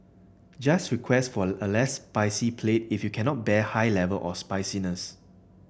just request for a less spicy plate if you cannot bear high level of spiciness